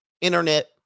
internet